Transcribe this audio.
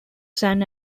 san